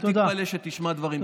אל תתפלא שתשמע דברים קשים.